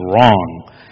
wrong